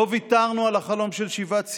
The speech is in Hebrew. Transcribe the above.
לא ויתרנו על החלום של שיבת ציון.